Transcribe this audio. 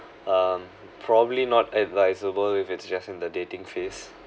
um probably not advisable if it's just in the dating phase